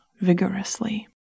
vigorously